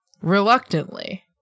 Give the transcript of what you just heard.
reluctantly